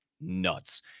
nuts